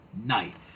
night